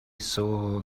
saw